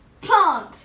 Plant